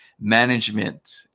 management